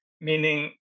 meaning